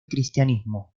cristianismo